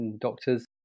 doctors